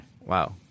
wow